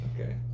Okay